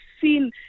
seen